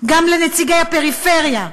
גם לנציגי הפריפריה,